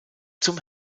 zum